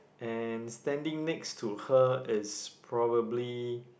and standing next to her is probably